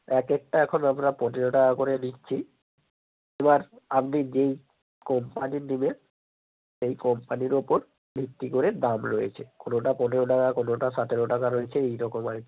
এক একটা এখন আমরা পনেরো টাকা করে নিচ্ছি এবার আপনি যেই কোম্পানি নেবেন সেই কোম্পানির ওপর ভিত্তি করে দাম রয়েছে কোনোটা পনেরো টাকা কোনোটা সতেরো টাকা রয়েছে এইরকম আর কি